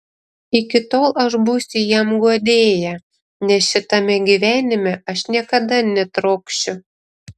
iki tol aš būsiu jam guodėja nes šitame gyvenime aš niekada netrokšiu